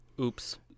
Oops